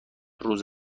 روز